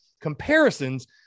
comparisons